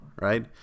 right